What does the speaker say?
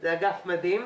זה אגף מדהים.